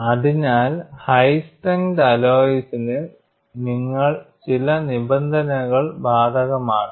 അതിനാൽ high strength അല്ലോയ്സിനു നിങ്ങൾ ചില നിബന്ധനകൾ ബാധകമാക്കണം